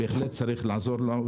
בהחלט צריך לעזור לו.